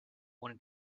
ohne